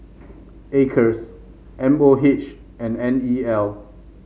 Acres M O H and N E L